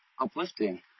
uplifting